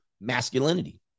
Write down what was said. masculinity